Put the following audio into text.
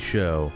Show